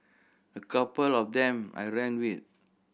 a couple of them I ran with